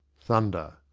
thunder.